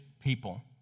people